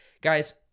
Guys